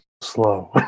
slow